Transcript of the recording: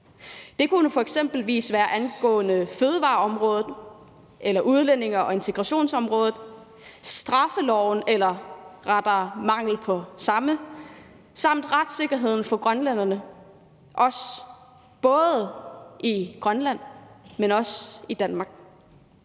Det kunne f.eks. være angående fødevareområdet eller udlændinge- og integrationsområdet, straffeloven – eller rettere manglen på samme – samt retssikkerheden for grønlænderne både i Grønland og i Danmark.